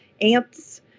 ants